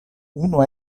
unu